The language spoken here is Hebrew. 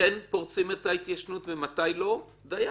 כן פורצים את ההתיישנות ומתי לא, דַּיִּי,